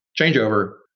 changeover